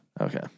Okay